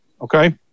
Okay